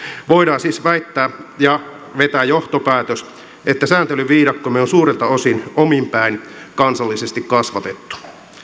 voidaan siis väittää ja vetää johtopäätös että sääntelyviidakkomme on suurelta osin omin päin kansallisesti kasvatettu